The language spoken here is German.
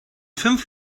fünf